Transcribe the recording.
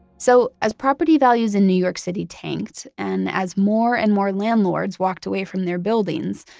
so as property values in new york city tanked, and as more and more landlords walked away from their buildings,